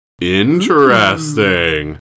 Interesting